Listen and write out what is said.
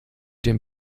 den